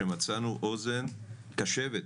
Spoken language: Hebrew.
שמצאו אוזן קשבת.